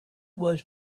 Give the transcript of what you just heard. was